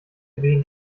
wehen